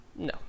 No